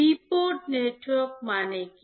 দ্বি port network কী